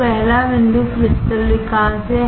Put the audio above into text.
तो पहला बिंदु क्रिस्टल विकास है